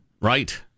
Right